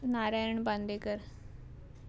Narayan Bandekar